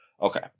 Okay